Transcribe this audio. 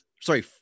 sorry